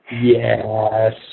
Yes